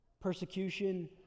Persecution